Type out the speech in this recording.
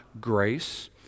grace